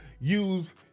use